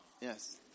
Yes